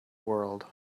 world